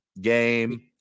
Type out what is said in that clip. game